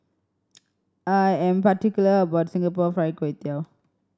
I am particular about Singapore Fried Kway Tiao